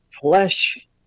Flesh